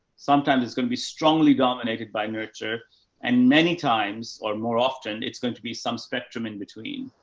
sometimes it's going to be strongly dominated by nurture and many times or more often it's going to be some spectrum in between.